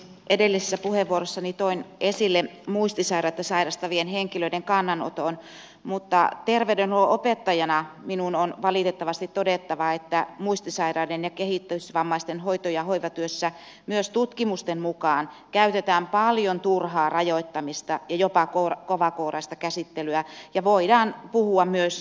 edellisessä puheenvuorossani toin esille muistisairautta sairastavien henkilöiden kannanoton mutta terveydenhuollon opettajana minun on valitettavasti todettava että muistisairaiden ja kehitysvammaisten hoito ja hoivatyössä myös tutkimusten mukaan käytetään paljon turhaa rajoittamista ja jopa kovakouraista käsittelyä ja voidaan puhua myös kaltoinkohtelusta